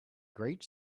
great